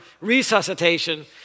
resuscitation